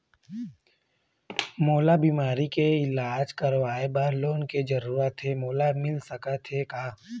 मोला बीमारी के इलाज करवाए बर लोन के जरूरत हे मोला मिल सकत हे का?